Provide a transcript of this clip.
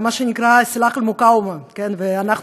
ויש